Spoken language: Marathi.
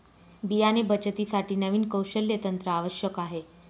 बियाणे बचतीसाठी नवीन कौशल्य तंत्र आवश्यक आहे